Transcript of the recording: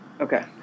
Okay